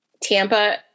Tampa